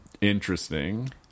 interesting